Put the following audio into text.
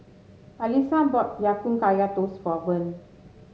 Alysa bought Ya Kun Kaya Toast for Verne